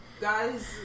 Guys